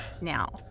now